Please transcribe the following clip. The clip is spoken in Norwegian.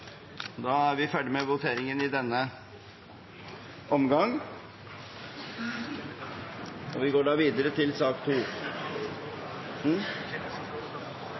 vi ferdig med voteringen i denne omgang, og vi går videre til sak